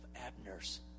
Abner's